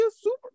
super